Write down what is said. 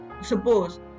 suppose